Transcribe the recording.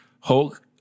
Hulk